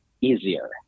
easier